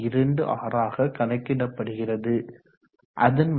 26 ஆக கணக்கிடப்படுகிறது அதன் மதிப்பு 24